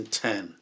ten